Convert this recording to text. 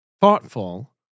thoughtful